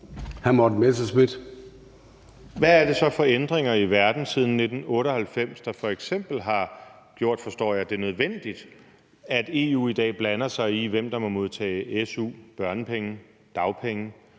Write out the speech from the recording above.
Hvad er det så for ændringer i verden siden 1998, der f.eks. har gjort – forstår jeg – at det er nødvendigt, at EU i dag blander sig i, hvem der må modtage su, børnepenge, dagpenge